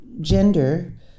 gender